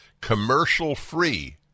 commercial-free